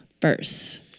first